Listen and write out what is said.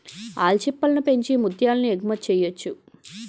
ఆల్చిప్పలను పెంచి ముత్యాలను ఎగుమతి చెయ్యొచ్చు